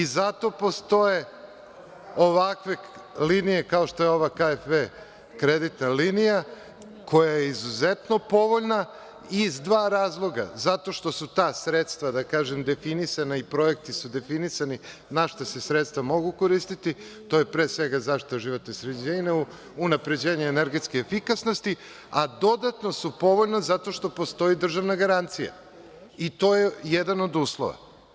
Zato postoje ovakve linije kao što je ova KfW kreditna linija koja je izuzetno povoljna, iz dva razloga – zašto što su ta sredstva, da kažem, definisana i projekti su definisani na šta se sredstva mogu koristiti, to je pre svega zaštita životne sredine, unapređenje energetske efikasnosti, a dodatno su povoljna zato što postoji državna garancija i to je jedan od uslova.